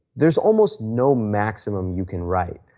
there is almost no maximum you can write.